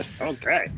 Okay